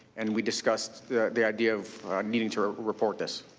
and we discussed the the idea of needing to report this.